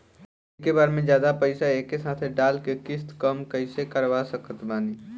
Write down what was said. एके बार मे जादे पईसा एके साथे डाल के किश्त कम कैसे करवा सकत बानी?